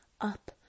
up